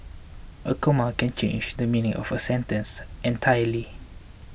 a comma can change the meaning of a sentence entirely